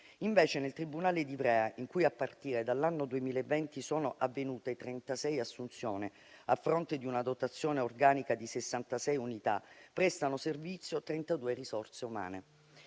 Invece, nel tribunale di Ivrea, in cui a partire dall'anno 2020 sono avvenute 36 assunzioni a fronte di una dotazione organica di 66 unità, prestano servizio 32 risorse umane.